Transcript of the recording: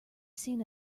seen